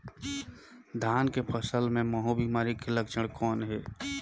धान के फसल मे महू बिमारी के लक्षण कौन हे?